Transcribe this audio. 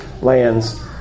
lands